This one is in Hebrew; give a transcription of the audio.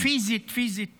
פיזית, פיזית